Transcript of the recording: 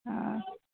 हँ